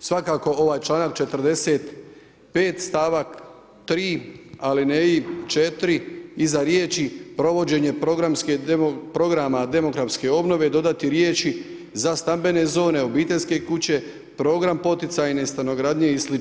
svakako ovaj članak 45. stavak 3. alineji 4. iza riječi: „provođenje programa demografske obnove“ dodati riječi: „za stambene zone, obiteljske kuće, program poticajne stanogradnje i sl.